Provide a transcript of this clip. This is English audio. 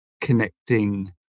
connecting